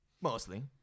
Mostly